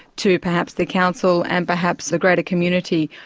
to perhaps the council and perhaps the greater community,